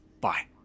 Bye